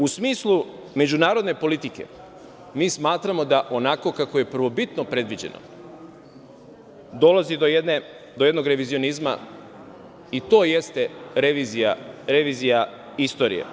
U smislu međunarodne politike mi smatramo da onako kako je prvobitno predviđeno, dolazi do jednog revizionizma i to jeste revizija istorije.